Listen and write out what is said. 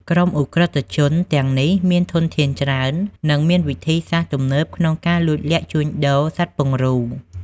ក្រុមឧក្រិដ្ឋជនទាំងនេះមានធនធានច្រើន និងមានវិធីសាស្រ្តទំនើបក្នុងការលួចលាក់ជួញដូរសត្វពង្រូល។